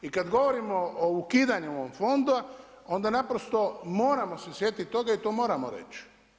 I kad govorimo o ukidanju ovog fonda onda naprosto moramo se sjetit toga i to moramo reći.